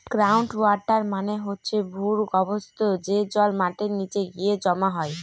ground water মানে হচ্ছে ভূর্গভস্ত, যে জল মাটির নিচে গিয়ে জমা হয়